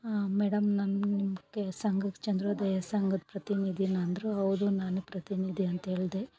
ಹಾಂ ಮೇಡಮ್ ನಾನು ನಿಮಗೆ ಸಂಘದ್ ಚಂದ್ರೋದಯ ಸಂಘದ್ ಪ್ರತಿನಿಧಿನಾ ಅಂದರು ಹೌದು ನಾನು ಪ್ರತಿನಿಧಿ ಅಂತೇಳಿದೆ